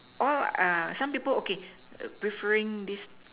all uh some people okay preferring this